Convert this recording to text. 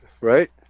Right